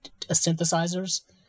synthesizers